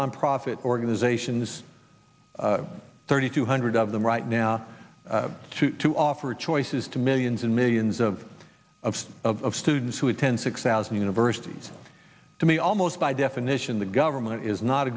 nonprofit organizations thirty two hundred of them right now to offer choices to millions and millions of of of students who attend six thousand universities to me almost by definition the government is not a